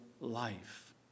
life